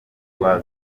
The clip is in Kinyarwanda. rwa